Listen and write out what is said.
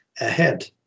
ahead